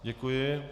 Děkuji.